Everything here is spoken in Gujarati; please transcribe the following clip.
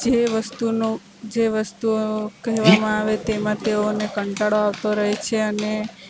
જે વસ્તુનો જે વસ્તુઓ કહેવામાં આવે તેમાં તેઓને કંટાળો આવતો રહે છે અને